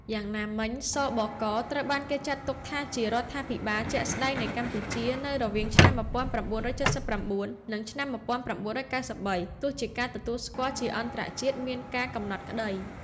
យ៉ាងណាមិញ ស.ប.ក. ត្រូវបានគេចាត់ទុកថាជារដ្ឋាភិបាលជាក់ស្ដែងនៃកម្ពុជានៅរវាងឆ្នាំ១៩៧៩ និងឆ្នាំ១៩៩៣ ទោះជាការទទួលស្គាល់ជាអន្តរជាតិមានការកំណត់ក្តី ។